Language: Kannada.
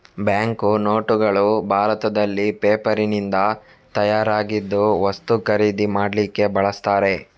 ಬ್ಯಾಂಕು ನೋಟುಗಳು ಭಾರತದಲ್ಲಿ ಪೇಪರಿನಿಂದ ತಯಾರಾಗಿದ್ದು ವಸ್ತು ಖರೀದಿ ಮಾಡ್ಲಿಕ್ಕೆ ಬಳಸ್ತಾರೆ